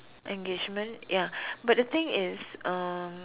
engagement ya but the thing is uh